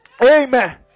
Amen